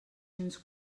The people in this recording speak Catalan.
cents